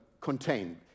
contained